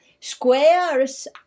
Squares